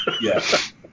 yes